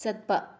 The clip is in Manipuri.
ꯆꯠꯄ